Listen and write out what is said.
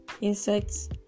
insects